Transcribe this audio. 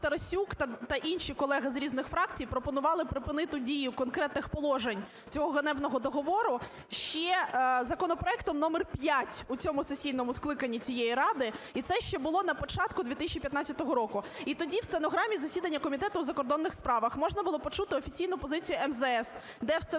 Тарасюк та інші колеги з різних фракцій пропонували припинити дію конкретних положень цього ганебного договору ще законопроектом номер 5 у цьому сесійному… скликанні цієї Ради, і це ще було на початку 2015 року. І тоді в стенограмі засіданні Комітету у закордонних справах можна було почути офіційну позицію МЗС, де в стенограмі